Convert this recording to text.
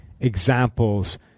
examples